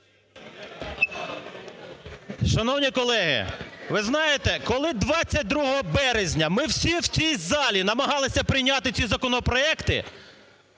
Шановні колеги, ви знаєте, коли 22 березня ми всі в цій залі намагалися прийняти ці законопроекти,